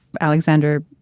Alexander